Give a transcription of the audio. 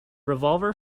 revolver